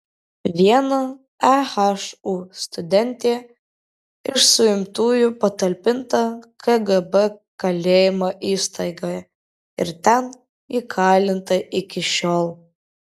viena ehu studentė iš suimtųjų patalpinta kgb kalėjimo įstaigoje ir ten įkalinta iki šiol